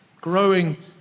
Growing